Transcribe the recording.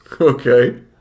Okay